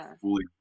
fully